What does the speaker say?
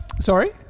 sorry